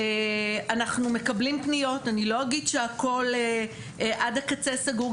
אנחנו מקבלים פניות אני לא אגיד שהכל עד הקצה סגור,